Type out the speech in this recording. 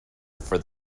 for